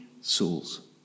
souls